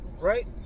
Right